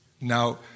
Now